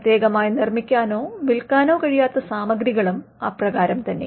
പ്രത്യേകമായി നിർമ്മിക്കാനോ വിൽക്കാനോ കഴിയാത്ത സാമഗ്രികളും അപ്രകാരം തന്നെ